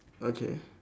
okay